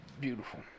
Beautiful